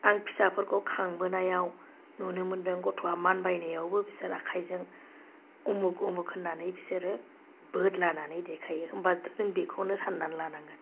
आं फिसाफोरखौ खांबोनायाव नुनो मोन्दों गथ'आ मानबायनायावबो बिसोर आखाइजों अमुख अमुख होननानै बिसोरो बोद्लानानै देखायो होमबाथ' जों बेखौनो साननानै लानाङो